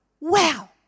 wow